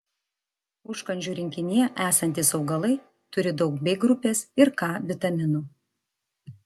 užkandžių rinkinyje esantys augalai turi daug b grupės ir k vitaminų